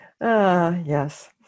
yes